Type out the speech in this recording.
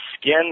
skin